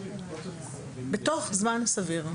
בתוך זמן סביר.